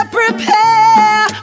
prepare